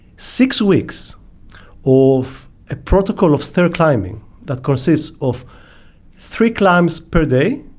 six weeks of a protocol of stair climbing that consists of three climbs per day,